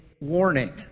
warning